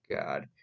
God